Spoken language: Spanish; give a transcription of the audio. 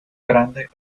grande